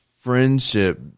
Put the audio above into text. friendship